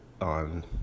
on